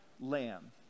lamb